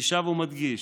אני שב ומדגיש: